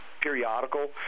periodical